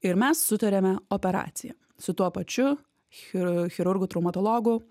ir mes sutarėme operaciją su tuo pačiu chi chirurgu traumatologu